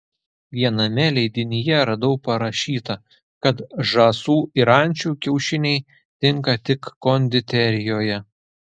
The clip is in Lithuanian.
viename leidinyje radau parašyta kad žąsų ir ančių kiaušiniai tinka tik konditerijoje